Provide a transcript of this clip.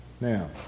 Now